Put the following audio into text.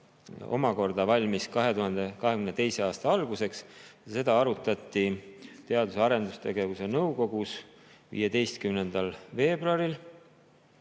omakorda valmis 2022. aasta alguseks ja seda arutati Teadus- ja Arendusnõukogus 15. veebruaril